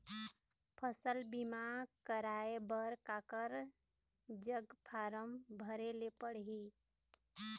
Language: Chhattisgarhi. फसल बीमा कराए बर काकर जग फारम भरेले पड़ही?